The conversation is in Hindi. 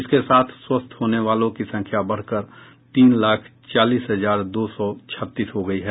इसके साथ स्वस्थ होने वालों की संख्या बढ़कर कर तीन लाख चालीस हजार दो सौ छत्तीस हो गयी है